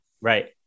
Right